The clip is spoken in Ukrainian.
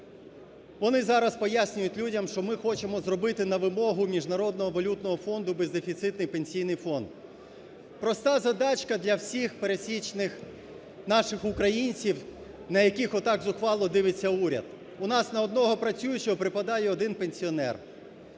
Вони зараз пояснюють людям, що ми хочемо зробити на вимогу Міжнародного валютного фонду бездефіцитний Пенсійний фонд. Проста задачка для всіх пересічних наших українців, на яких отак зухвало дивиться уряд. У нас на одного працюючого припадає один пенсіонер.